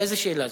דב,